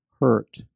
hurt